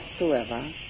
whatsoever